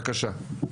בבקשה.